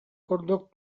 курдук